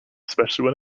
especially